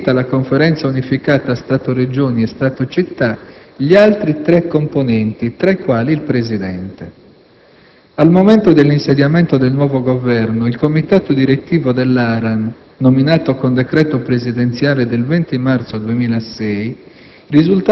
sentita la Conferenza unificata Stato-Regioni e Stato-Città, gli altri tre componenti, tra i quali il Presidente. Al momento dell'insediamento del nuovo Governo, il comitato direttivo dell'ARAN, nominato con un decreto presidenziale del 20 marzo 2006,